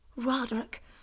Roderick